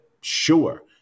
sure